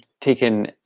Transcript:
taken